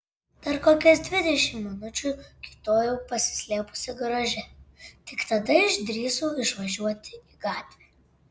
dar kokias dvidešimt minučių kiūtojau pasislėpusi garaže tik tada išdrįsau išvažiuoti į gatvę